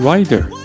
Rider